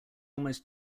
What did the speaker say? almost